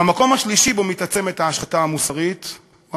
והמקום השלישי שבו מתעצמת ההשחתה המוסרית הוא